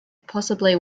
possibly